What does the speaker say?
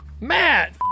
Matt